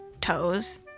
toes